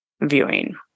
viewing